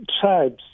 tribes